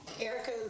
erica